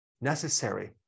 necessary